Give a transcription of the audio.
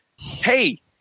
hey